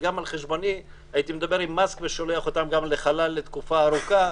חשבוני וגם על חשבוני הייתי שולח אותם לחלל לתקופה ארוכה.